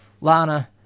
Lana